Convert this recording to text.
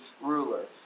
ruler